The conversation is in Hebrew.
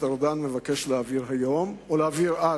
ארדן מבקש להעביר היום או ביקש להעביר אז.